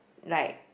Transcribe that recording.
like